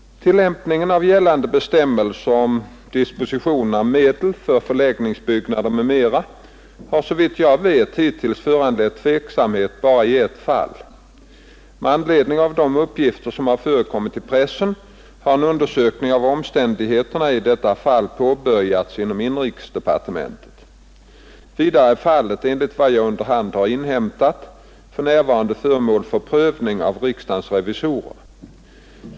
Tillämpningen av gällande bestämmelser om dispositionen av medel för förläggningsbyggnader m.m. har, såvitt jag vet, hittills föranlett tveksamhet bara i ett fall. Med anledning av de uppgifter som har förekommit i pressen har en undersökning av omständigheterna i detta fall påbörjats inom inrikesdepartementet. Vidare är fallet, enligt vad jag under hand har inhämtat, för närvarande föremål för prövning av riksdagens revisorer.